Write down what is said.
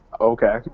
Okay